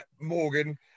Morgan